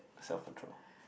self control